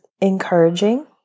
encouraging